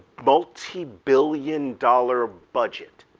multi-billion dollar budget